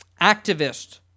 activist